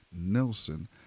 Nelson